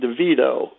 DeVito